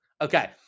Okay